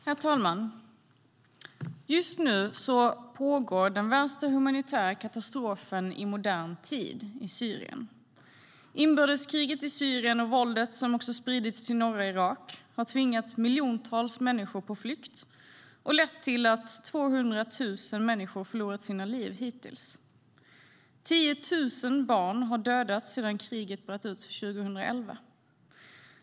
Herr talman! Just nu pågår den värsta humanitära katastrofen i modern tid i Syrien. Inbördeskriget i Syrien och våldet som också spridits till norra Irak har tvingat miljontals människor på flykt och lett till att 200 000 människor förlorat sina liv hittills. 10 000 barn har dödats sedan kriget bröt ut 2011.